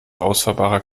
ausfahrbarer